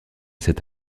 cet